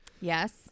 Yes